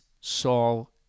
Saul